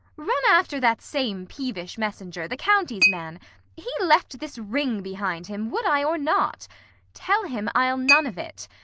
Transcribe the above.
run after that same peevish messenger, the county's man he left this ring behind him, would i or not tell him i'll none of it.